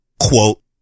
Quote